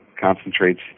concentrates